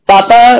Papa